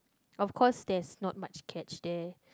of course there's not much catch there